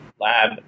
lab